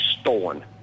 stolen